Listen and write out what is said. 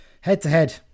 Head-to-head